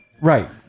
Right